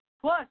Plus